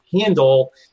handle